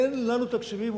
אין לנו תקציבים,